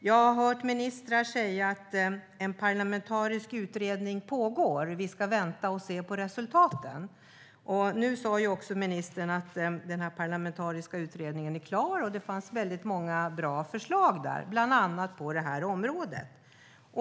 Jag har hört ministrar säga att det pågår en parlamentarisk utredning, så att man ska vänta och se på resultaten. Nu sa också ministern att den parlamentariska utredningen är klar och att det fanns många bra förslag i den, bland annat på det här området.